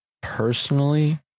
personally